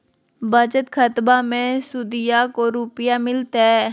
बचत खाताबा मे सुदीया को रूपया मिलते?